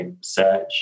search